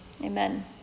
Amen